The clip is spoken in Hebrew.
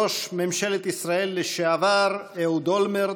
ראש ממשלת ישראל לשעבר אהוד אולמרט,